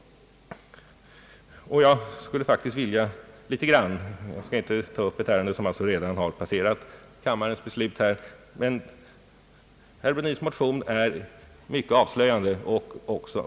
Fastän man inte skall ta upp ett ärende som redan har behandlats av kammaren, vill jag ändå beröra herr Brundins motion, ty den är mycket avslöjande.